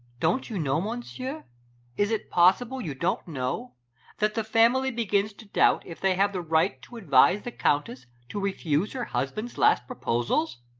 don't you know, monsieur is it possible you don't know that the family begin to doubt if they have the right to advise the countess to refuse her husband's last proposals?